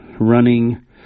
running